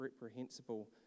reprehensible